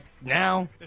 now